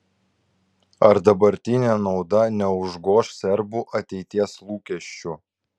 ar dabartinė nauda neužgoš serbų ateities lūkesčių